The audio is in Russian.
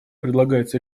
предлагается